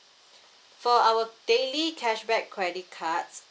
for our daily cashback credit cards